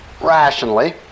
rationally